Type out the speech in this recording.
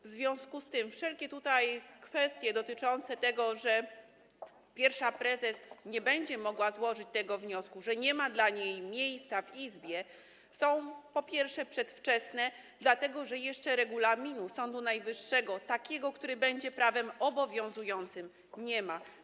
W związku z tym wszelkie kwestie dotyczące tego, że pierwsza prezes nie będzie mogła złożyć tego wniosku, że nie ma dla niej miejsca w izbie, po pierwsze, są przedwczesne, dlatego że regulaminu Sądu Najwyższego, który będzie prawem obowiązującym, jeszcze nie ma.